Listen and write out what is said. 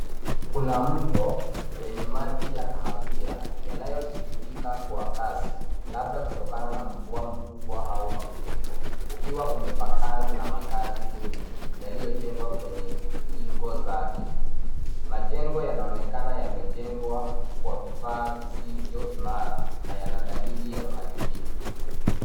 Kuna mto wenye maji ya kahawia yanayotiririka kwa kasi, labda kutokana na mvua kubwa au mafuriko, ukiwa umepakana na makazi duni yaliyojengwa kwenye kingo zake. Majengo yanaonekana yamejengwa kwa vifaa visivyo imara na yana dalili za uharibifu.